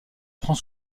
prend